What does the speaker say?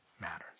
matters